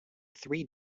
three